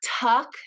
tuck